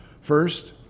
First